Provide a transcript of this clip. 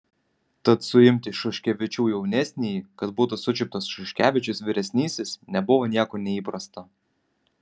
tad suimti šuškevičių jaunesnįjį kad būtų sučiuptas šuškevičius vyresnysis nebuvo nieko neįprasta